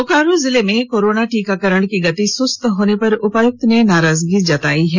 बोकारो जिले में कोरोना टीकाकरण की गति सुस्त होने पर उपायुक्त ने नाराजगी जतायी है